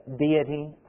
deity